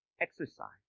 exercise